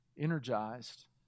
energized